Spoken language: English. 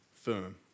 firm